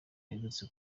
aherutse